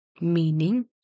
Meaning